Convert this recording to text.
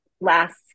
last